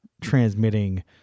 transmitting